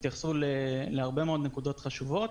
התייחסו להרבה מאוד נקודות חשובות.